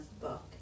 book